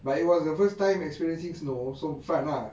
but it was the first time experiencing snow so fun lah